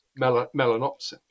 melanopsin